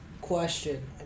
Question